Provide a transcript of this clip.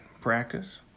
practice